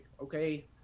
okay